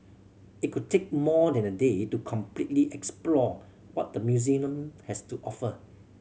it could take more than a day to completely explore what the has to offer